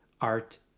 Art